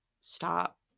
stop